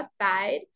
outside